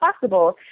possible